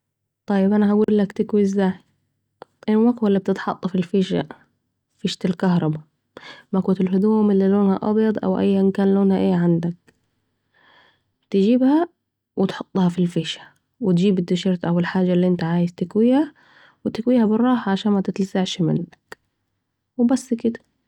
طاب أنا أقولك ازاي تكوي ، المكوي الي بتتحط في الفيشة ، فيشة الكهرباء مكوت الهدوم الي لونها أبيض أو إيان كان لونها ايه عندك تجيبها وتحطها في الفيشه و تجيب التيشرت أو الحاجة الي أنت عايز تكويها و تكويها براحه علشان متتلسعش منك